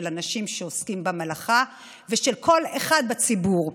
אנשים שעוסקים במלאכה ושל כל אחד בציבור.